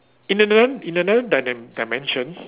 in the non~ in the non-dimen~ dimension